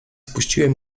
spuściłem